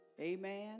Amen